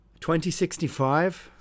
2065